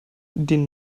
den